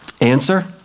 Answer